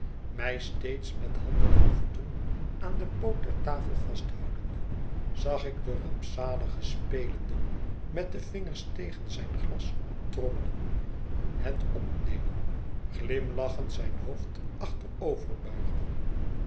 mij steeds met handen en voeten aan den poot der tafel vasthoudende zag ik den rampzalige spelende met de vingers tegen zijn glas trommelen het opnemen glimlachend zijn hoofd